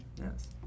Yes